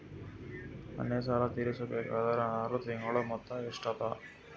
ಮನೆ ಸಾಲ ತೀರಸಬೇಕಾದರ್ ಆರ ತಿಂಗಳ ಮೊತ್ತ ಎಷ್ಟ ಅದ?